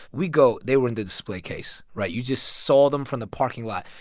we go. they were in the display case, right? you just saw them from the parking lot.